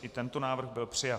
I tento návrh byl přijat.